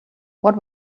what